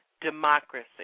democracy